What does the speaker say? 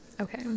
Okay